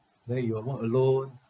then you will walk alone